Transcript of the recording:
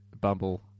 Bumble